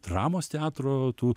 dramos teatro tų